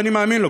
ואני מאמין לו,